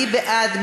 מי בעד?